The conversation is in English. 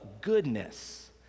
goodness